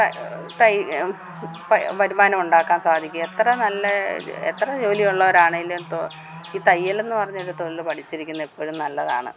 ത കൈ വ വരുമാനം ഉണ്ടാക്കാൻ സാധിക്കും എത്ര നല്ല എത്ര ജോലി ഉള്ളവരാണെങ്കിലും തൊ ഈ തയ്യൽ എന്ന് പറഞ്ഞൊരു തൊഴിൽ പഠിച്ചിരിക്കുന്നത് എപ്പോഴും നല്ലതാണ്